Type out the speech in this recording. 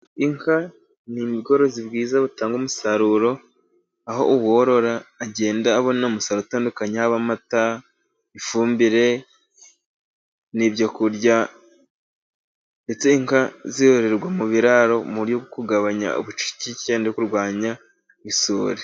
Inka ni ubworozi bwiza butanga umusaruro aho uworora agenda abona umusaruro utandukanye yaba amata, ifumbire, n'ibyo kurya, ndetse inka zororerwa mu biraro mu buryo bwo kugabanya ubucucike no kurwanya isuri.